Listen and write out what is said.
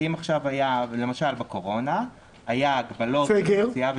כי למשל בקורונה היו הגבלות ביציאה,